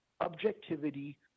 objectivity